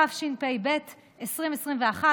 התשפ"ב 2021,